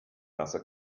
nasse